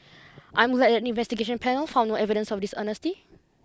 I'm glad that the investigation panel found no evidence of dishonesty